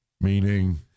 Meaning